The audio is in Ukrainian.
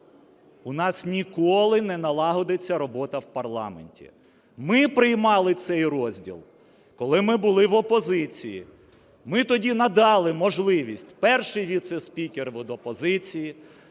у нас ніколи не налагодиться робота в парламенті. Ми приймали цей розділ, коли ми були в опозиції. Ми тоді надали можливість: перший віцеспікер – від опозиції,